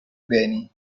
beni